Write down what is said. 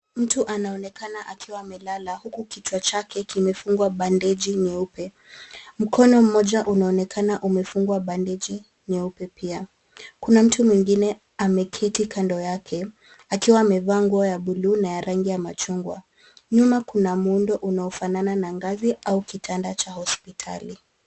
Mtu anaonekana akiwa amelala huku kichwa chake kimefungwa bandeji nyeupe. Mkono moja unaonekana umefungwa bandeji nyeupe pia. Kuna mtu mwingine ameketi kando yake akiwa amevaa nguo ya buluu na ya rangi ya machungwa. Nyuma kuna muundo unaofanana na ngazi au kitanda cha hospitali.